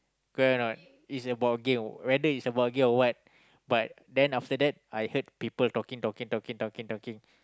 correct or not it's about game whether it's about game or what but then after that I heard people talking talking talking talking talking talking